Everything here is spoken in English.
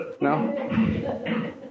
No